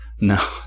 No